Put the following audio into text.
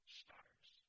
stars